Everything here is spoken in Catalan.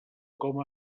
com